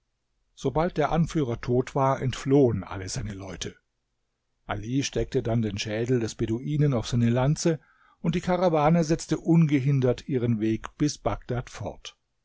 sobald der anführer tot war entflohen alle seine leute ali steckte dann den schädel des beduinen auf seine lanze und die karawane setzte ungehindert ihren weg bis bagdad fort